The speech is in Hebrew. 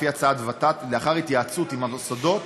לפי הצעת ות"ת ולאחר התייעצות עם המוסדות